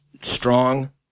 strong